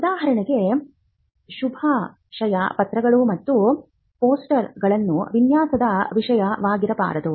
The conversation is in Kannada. ಉದಾಹರಣೆಗೆ ಶುಭಾಶಯ ಪತ್ರಗಳು ಮತ್ತು ಪೋಸ್ಟ್ಕಾರ್ಡ್ಗಳು ವಿನ್ಯಾಸದ ವಿಷಯವಾಗಿರಬಾರದು